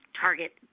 target